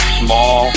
small